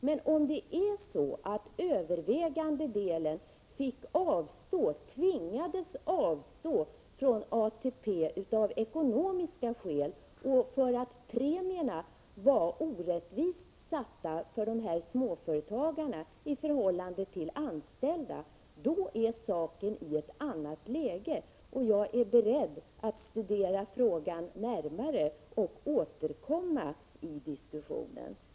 Men om det är så att övervägande delen tvingades avstå från ATP av ekonomiska skäl, därför att premierna var orättvist satta för småföretagarna i förhållande till anställda, då kommer saken i ett annat läge. Jag är beredd att studera frågan närmare och återkomma i diskussionen.